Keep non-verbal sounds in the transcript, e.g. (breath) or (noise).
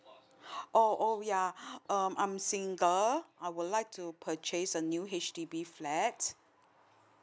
(breath) oh oh yeah (breath) um I'm single I would like to purchase a new H_D_B flat